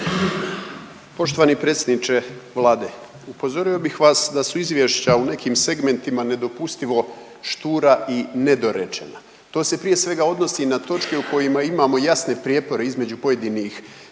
Poštovani predsjedniče Vlade, upozorio bih vas da su izvješća u nekim segmentima nedopustivo štura i nedorečena. To se prije svega odnosi na točke u kojima imamo jasne prijepore između pojedinih